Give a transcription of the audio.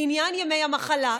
לעניין ימי המחלה.